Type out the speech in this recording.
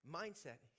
mindset